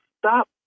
stop